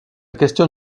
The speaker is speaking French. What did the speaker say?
question